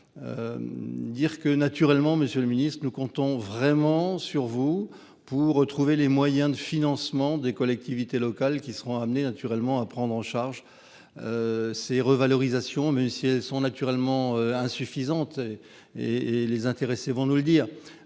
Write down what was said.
Dire que naturellement, Monsieur le Ministre, nous comptons vraiment sur vous pour trouver les moyens de financement des collectivités locales qui seront amenés naturellement à prendre en charge. Ces revalorisations, même si elles sont naturellement insuffisantes. Et et les intéressés vont nous le dire,